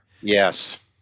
Yes